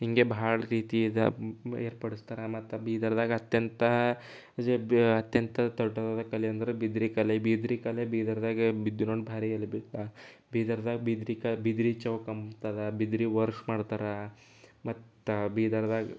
ಹಿಂಗೆ ಭಾಳ ರೀತಿ ಇದ ಏರ್ಪಡಿಸ್ತಾರ ಮತ್ತೆ ಬೀದರ್ದಾಗೆ ಅತ್ಯಂತ ಅತ್ಯಂತ ದೊಡ್ಡದಾದ ಕಲೆ ಅಂದರೆ ಬಿದಿರು ಕಲೆ ಬಿದಿರು ಕಲೆ ಬೀದರ್ದಾಗೆ ಬಿದ್ದ ಭಾರಿ ಎಲೆ ಬಿತ್ತಾ ಬೀದರ್ದಾಗೆ ಬಿದಿರು ಕ ಬಿದಿರು ಚೌಕಂ ಅಂತದ ಬಿದಿರು ವರ್ಕ್ಸ್ ಮಾಡ್ತಾರ ಮತ್ತ ಬೀದರ್ದಾಗೆ